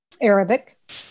Arabic